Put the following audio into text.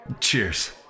Cheers